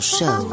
Show